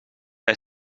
bij